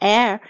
Air